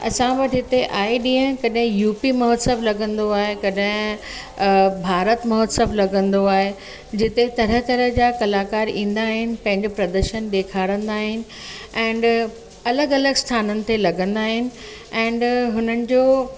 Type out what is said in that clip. असां वटि बि हिते आहे ॾींहं कॾहिं यूपी महोत्सव लॻंदो आहे कॾहिं भारत महोत्सव लॻंदो आहे जिते तरह तरह जा कलाकार ईंदा आहिनि पंहिंजो प्रदर्शन ॾेखारींदा आहिनि ऐंड अलॻि अलॻि स्थाननि ते लॻंदा आहिनि ऐंड हुननि जो